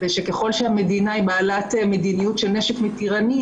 ושככל שהמדינה בעלת מדיניות של נשק מתירני,